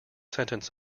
sentence